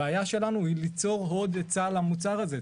הבעיה שלנו היא ליצור עוד היצע למוצר הזה.